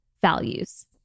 values